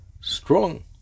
strong